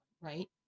right